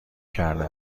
کرده